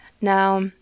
now